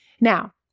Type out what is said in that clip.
Now